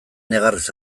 negarrez